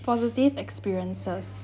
positive experiences